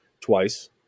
twice